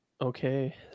Okay